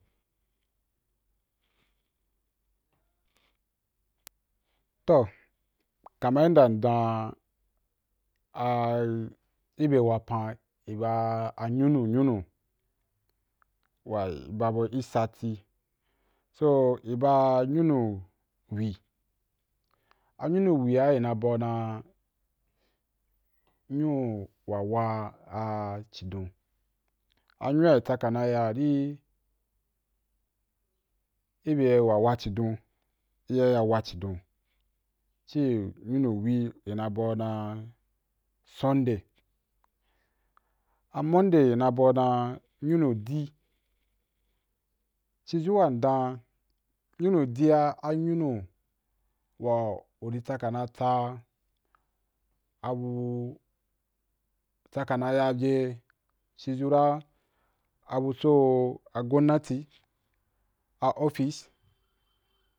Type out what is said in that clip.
Toh kaman inda mdan a, i bya wapan i ba a njunu njunu waiba bau i sati, so i ba nyunu wi, anyunu wi a i na bau dan nyu wa wa’a a chidon a nyua i tsaka na ya ri i be wa wa’a chidon i ya ya wa’a chidon ci nyunu wi i ni bau dan sunday, a mond ay ì na bau dan nyunu di, ci zu wa ndan nyunu di’a a nyunu wa uri tsaka na tsa abu, tsaka na ya be ci zu ra abu tso agonati, a office